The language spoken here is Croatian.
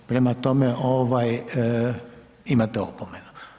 Prema tome, imate opomenu.